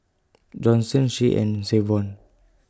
Johnson Shay and Savon